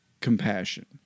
compassion